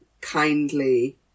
kindly